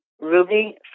Ruby